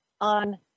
on